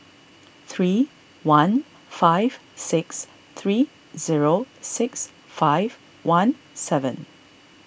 three one five six three zero six five one seven